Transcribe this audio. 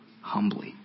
humbly